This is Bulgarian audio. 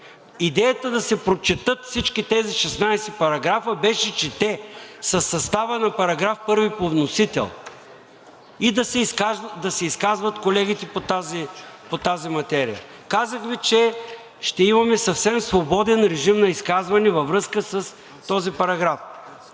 Идеята да се прочетат всички тези 16 параграфа беше, че те са със състава на § 1 по вносител и да се изказват колегите по тази материя. Казах Ви, че ще имаме съвсем свободен режим на изказване във връзка с този параграф.